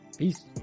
Peace